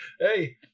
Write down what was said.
hey